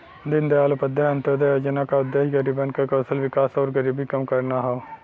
दीनदयाल उपाध्याय अंत्योदय योजना क उद्देश्य गरीबन क कौशल विकास आउर गरीबी कम करना हौ